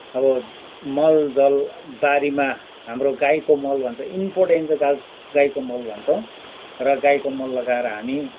अब मलजल बारीमा हाम्रो गाईको मल भन्छ इन्पोर्टेन चाहिँ गाई गाईको मल भन्छ र गाईको मल लगाएर हामी